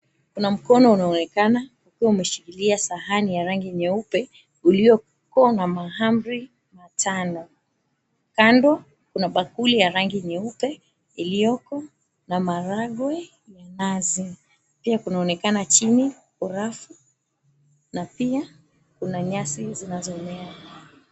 Kuna mkono unaoonekana ukiwa umeshikilia sahani ya rangi nyeupe ulioko na mahamri matano. Kando kuna bakuli ya rangi nyeupe iliyoko na maragwe ya nazi. Pia kunaonekana chini urafu na pia kuna nyasi zinazoenea.